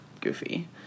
goofy